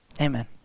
amen